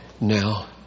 now